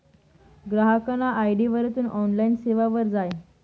ग्राहकना आय.डी वरथून ऑनलाईन सेवावर जाय